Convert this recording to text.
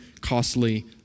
costly